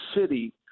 city